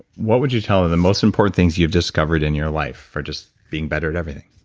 what would you tell the most important things you've discovered in your life for just being better at everything.